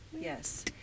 Yes